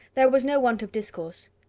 there was no want of discourse.